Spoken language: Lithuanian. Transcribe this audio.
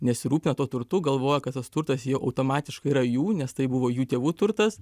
nesirūpina tuo turtu galvoja kad tas turtas jau automatiškai yra jų nes tai buvo jų tėvų turtas